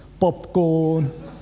Popcorn